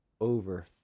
over